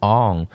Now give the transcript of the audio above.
on